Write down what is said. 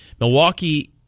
Milwaukee